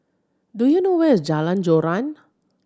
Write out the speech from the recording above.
do you know where is Jalan Joran